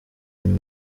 nyuma